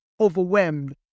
overwhelmed